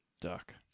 Duck